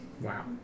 Wow